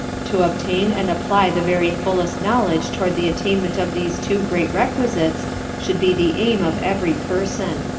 to obtain and apply the very fullest knowledge toward the attainment of these two great requisites should be the aim of every person.